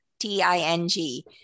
T-I-N-G